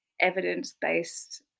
evidence-based